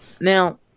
Now